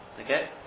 okay